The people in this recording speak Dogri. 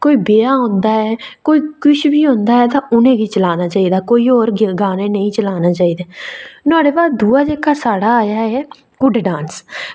ते कोई ब्याह होंदा ऐ कोई किश बी होंदा ऐ उ'नें ई चलाना चाहिदी कोई होर गाना नेईं चलाना चाहिदा नुआढ़े बाद दूआ जेह्का साढ़े आया ऐ कुड्ड डांस